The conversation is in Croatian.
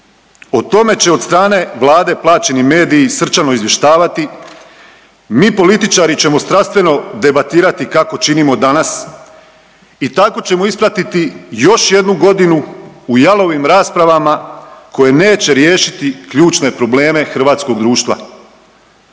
O tome će od strane Vlade plaćeni mediji srčano izvještavati, mi političari ćemo strastveno debatirati kako činimo danas i tako ćemo ispratiti još jednu godinu u jalovim raspravama koje neće riješiti ključne probleme hrvatskog društva.